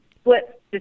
split